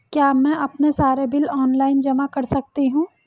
क्या मैं अपने सारे बिल ऑनलाइन जमा कर सकती हूँ?